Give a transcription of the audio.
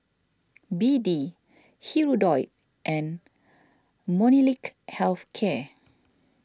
B D Hirudoid and Molnylcke Health Care